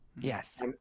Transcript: yes